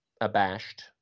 abashed